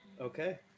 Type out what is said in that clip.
Okay